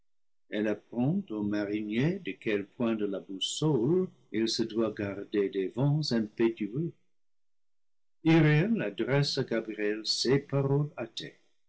elle apprend au marinier de quel point de la boussole il se doit garder des vents impétueux uriel adresse à gabriel ces paroles